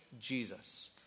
Jesus